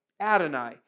Adonai